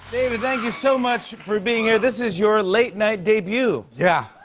david, thank you so much for being here. this is your late night debut. yeah.